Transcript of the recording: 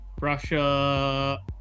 Russia